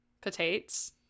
Potatoes